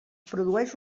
produeix